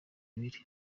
ibiri